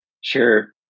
Sure